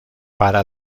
para